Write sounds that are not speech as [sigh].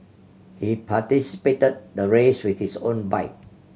he participated the race with his own [unintelligible]